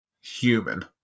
human